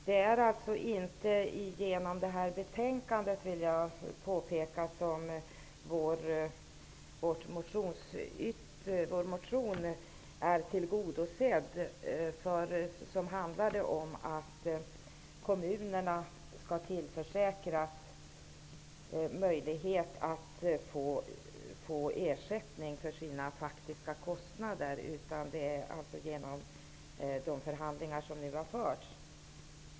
Det är alltså inte genom det här betänkandet, vill jag påpeka, som vår motion, som handlade om att kommunerna skall tillförsäkras möjlighet att få ersättning för sina faktiska kostnader, är tillgodosedd. Det är genom de förhandlingar som nu har förts.